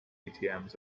atms